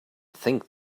think